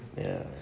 ya